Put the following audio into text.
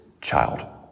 child